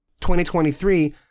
2023